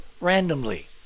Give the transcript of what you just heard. randomly